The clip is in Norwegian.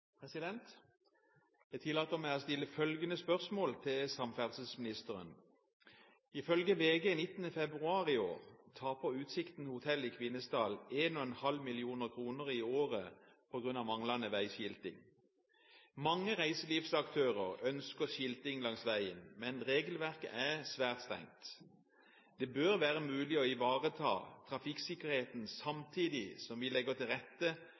til samferdselsministeren: «Ifølge VG 19. februar taper Utsikten Hotell i Kvinesdal 1,5 mill. kroner i året på manglende veiskilting. Mange reiselivsaktører ønsker skilting langs veien, men regelverket er svært strengt. Det bør være mulig å ivareta trafikksikkerheten samtidig som vi legger bedre til rette